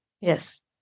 Yes